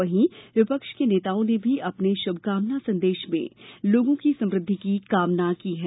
वहीं विपक्ष के नेताओं ने भी अपने शुभकामना संदेश में लोगों की समृद्धि की कामना की है